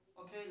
Okay